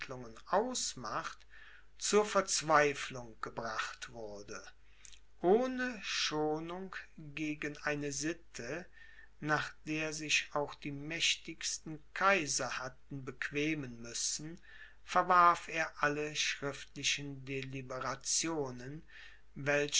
ausmacht zur verzweiflung gebracht wurde ohne schonung gegen eine sitte nach der sich auch die mächtigsten kaiser hatten bequemen müssen verwarf er alle schriftlichen deliberationen welche